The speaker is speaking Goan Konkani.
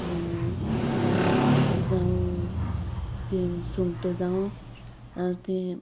जावं तें सुंगटां जावं तें